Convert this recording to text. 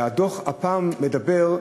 והדוח הפעם מדבר,